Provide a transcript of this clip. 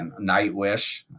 Nightwish